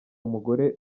umugore